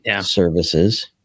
services